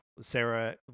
Sarah